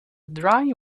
dry